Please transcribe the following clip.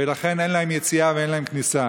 ולכן אין להם יציאה ואין להם כניסה.